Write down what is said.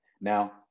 Now